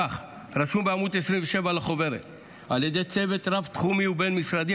כך רשום בעמוד 27 לחוברת על ידי צוות רב-תחומי ובין-משרדי,